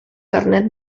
carnet